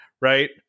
right